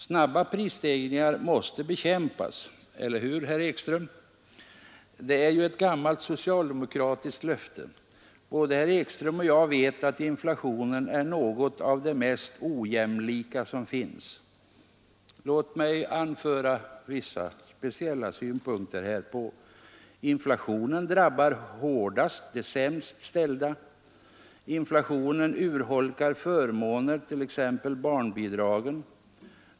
Snabba prisstegringar måste bekämpas — eller hur, herr Ekström? — Det är ju ett gammalt socialdemokratiskt löfte. Både herr Ekström och jag vet att inflationen är något av det mest ojämlika som finns. Låt mig anföra vissa speciella synpunkter härpå: Inflationen drabbar hårdast de sämst ställda. Inflationen urholkar förmåner, t.ex. barnbidragen.